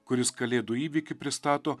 kuris kalėdų įvykį pristato